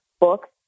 books